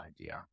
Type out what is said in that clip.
idea